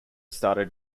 started